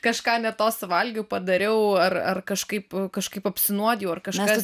kažką ne to suvalgiau padariau ar ar kažkaip kažkaip apsinuodijo ar kažkas